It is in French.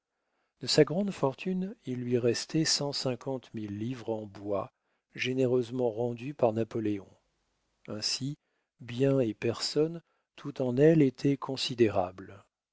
de sa grande fortune il lui restait cent cinquante mille livres en bois généreusement rendus par napoléon ainsi biens et personne tout en elle était considérable